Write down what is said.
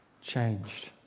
changed